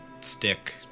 stick